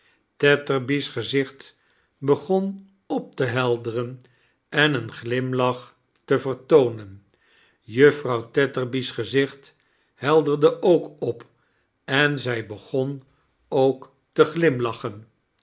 tetterby'e gezicht begon op te helderen en een glimlach te vertoonen juffrouw tetterby's gezicht helderde ook op en zij begon ook te glimlacheffi